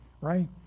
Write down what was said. right